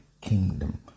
kingdom